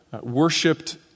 worshipped